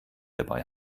dabei